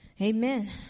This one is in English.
Amen